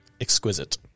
exquisite